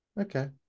okay